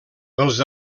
els